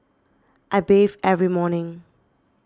I bathe every morning